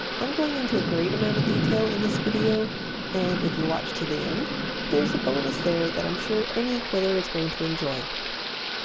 i'm going into a great amount of detail in this video and if you watch to the end there's a bonus there that i'm sure any quiller is going to enjoy.